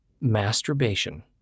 Masturbation